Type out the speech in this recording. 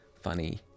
funny